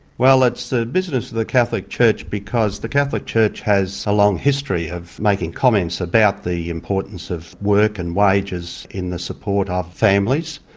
well it's the business of the catholic church because the catholic church has a long history of making comments about the importance of work and wages in the support of families.